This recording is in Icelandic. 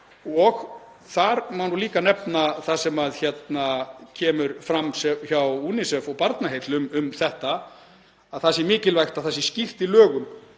Þar má líka nefna það sem kemur fram hjá UNICEF og Barnaheillum um þetta, að það sé mikilvægt að það sé skýrt í lögum